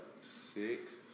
six